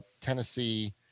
Tennessee